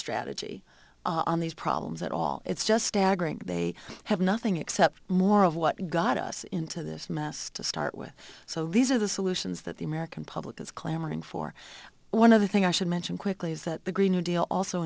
strategy on these problems at all it's just staggering they have nothing except more of what got us into this mess to start with so these are the solutions that the american public is clamoring for one of the thing i should mention quickly is that the green new deal also